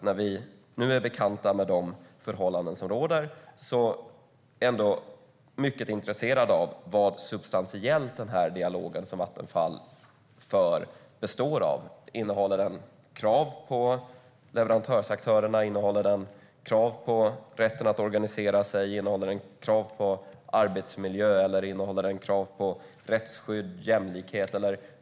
När vi nu är bekanta med de förhållanden som råder är jag mycket intresserad av vad den dialog som Vattenfall för substantiellt består av. Innehåller den krav på leverantörsaktörerna? Innehåller den krav på rätten att organisera sig? Innehåller den krav på arbetsmiljö? Innehåller den krav på rättsskydd och jämlikhet?